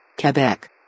Quebec